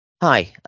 Hi